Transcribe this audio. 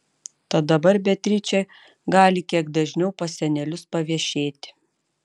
tad dabar beatričė gali kiek dažniau pas senelius paviešėti